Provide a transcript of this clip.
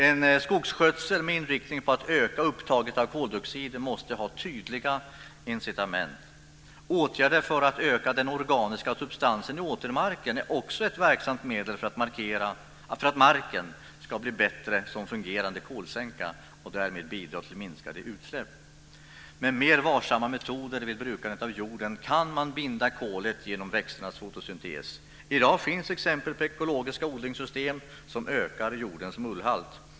En skogsskötsel med inriktning på att öka upptaget av koldioxid måste ha tydliga incitament. Åtgärder för att öka den organiska substansen i åkermarken är också ett verksamt medel för att marken ska bli bättre som fungerande kolsänka och därmed bidra till minskade utsläpp. Med mer varsamma metoder vid brukandet av jorden kan man binda kolet genom växternas fotosyntes. I dag finns exempel på ekologiska odlingssystem som ökar jordens mullhalt.